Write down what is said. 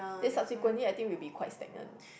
then subsequently I think will be quite stagnant